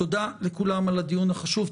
תודה לכולם על הדיון החשוב,